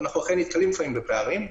אנחנו נתקלים לפעמים בפערים,